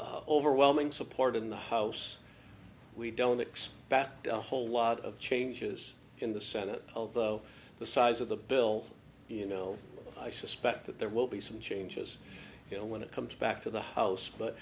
and overwhelming support in the house we don't mix that whole lot of changes in the senate although the size of the bill you know i suspect that there will be some changes you know when it comes back to the house